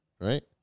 Right